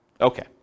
Okay